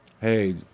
hey